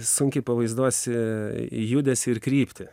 sunkiai pavaizduosi judesį ir kryptį